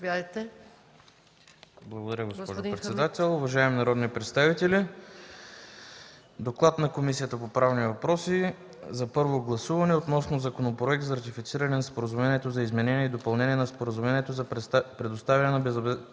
Благодаря, госпожо председател. Уважаеми народни представители, „ДОКЛАД на Комисията по правни въпроси за първо гласуване относно Законопроект за ратифициране на Споразумението за изменение и допълнение на Споразумението за предоставяне на безвъзмездна